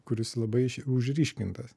kuris labai užryškintas